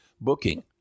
Booking